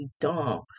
dumb